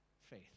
Faith